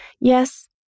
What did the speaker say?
Yes